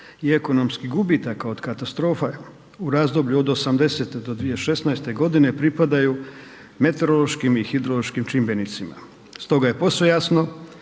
i ekonomskih gubitaka od katastrofa u razdoblje od 80.-e do 2016. godine pripadaju meteorološkim i hidrološkim čimbenicima. Stoga je posve jasno